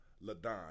LaDon